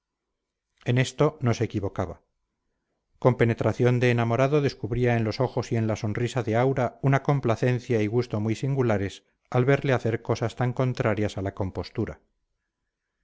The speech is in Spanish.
en esto no se equivocaba con penetración de enamorado descubría en los ojos y en la sonrisa de aura una complacencia y gusto muy singulares al verle hacer cosas tan contrarias a la compostura